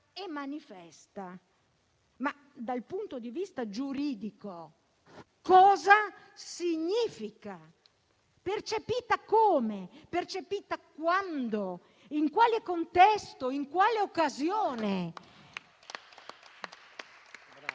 e manifestata». Ma dal punto di vista giuridico cosa significa? Percepita come? Percepita quando, in quale contesto, in quale occasione?